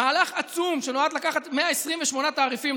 מהלך עצום שנועד לקחת 128 תעריפים,